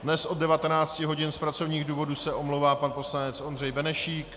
Dnes od 19 hodin z pracovních důvodů se omlouvá pan poslanec Ondřej Benešík.